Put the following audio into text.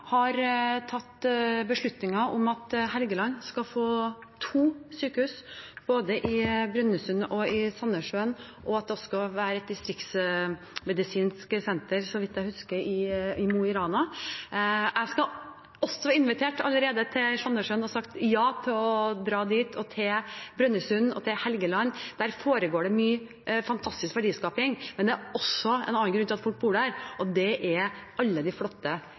Helgeland skal få to sykehus, både i Brønnøysund og i Sandnessjøen, og at det også skal være et distriktsmedisinsk senter, så vidt jeg husker, i Mo i Rana. Jeg er allerede invitert til Sandnessjøen og har sagt ja til å dra dit, til Brønnøysund og til Helgeland. Der foregår det mye fantastisk verdiskaping, men det er også en annen grunn til at folk bor der, og det er alle de flotte